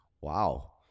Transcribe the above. Wow